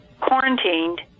quarantined